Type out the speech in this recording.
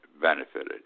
benefited